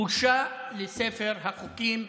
בושה לספר החוקים.